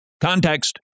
Context